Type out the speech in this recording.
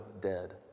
dead